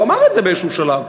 הוא אמר את זה באיזשהו שלב.